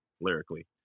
lyrically